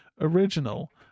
original